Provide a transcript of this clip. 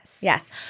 Yes